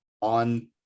on